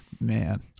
Man